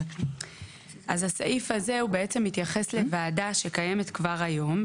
אז הסעיף הזה הוא בעצם מתייחס לוועדה שקיימת כבר היום,